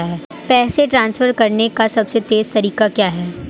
पैसे ट्रांसफर करने का सबसे तेज़ तरीका क्या है?